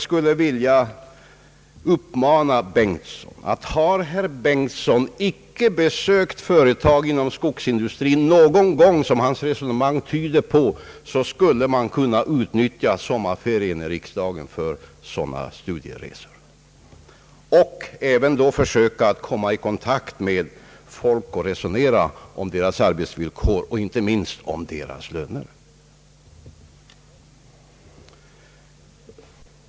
Om herr Bengtson inte någon gång har besökt företag inom skogsindustrin, vilket hans resonemang tyder på, skulle jag vilja säga till honom att man skulle kunna utnyttja riksdagens sommarferier för sådana studieresor och då även försöka komma i kontakt med folk och resonera om deras arbetsvillkor och inte minst deras löner.